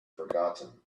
forgotten